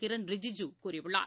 கிரண் ரிஜிஜு கூறியுள்ளார்